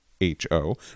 H-O